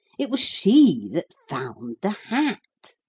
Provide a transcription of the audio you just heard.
it was she that found the hat.